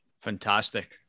fantastic